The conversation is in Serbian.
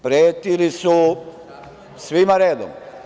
Pretili su svima redom.